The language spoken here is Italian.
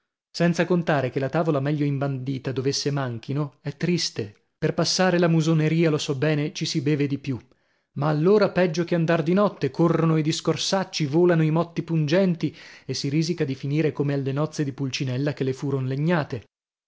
senza contare che la tavola meglio imbandita dov'esse manchino è triste per passare la musoneria lo so bene ci si beve di più ma allora peggio che andar di notte corrono i discorsacci volano i motti pungenti e si risica di finire come alle nozze di pulcinella che le furon legnate